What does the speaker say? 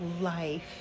life